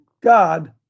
God